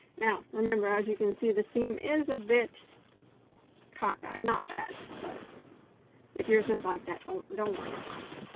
now remember as you can see the seam is a bit cockeyed not bad, but if yours is like that don't don't worry about it.